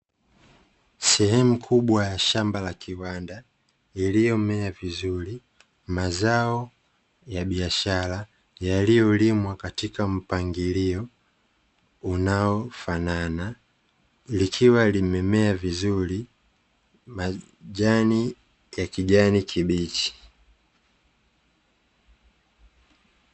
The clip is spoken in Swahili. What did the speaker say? Sehemu kubwa ya shamba la kiwanda, iliyomea vizuri mazao ya biashara, yaliyolimwa katika mpangilio unaofanana. likiwa limemea vizuri, majani ya kijani kibichi.